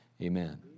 amen